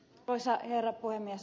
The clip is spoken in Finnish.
arvoisa herra puhemies